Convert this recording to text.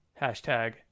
Hashtag